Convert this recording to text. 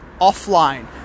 offline